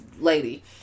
lady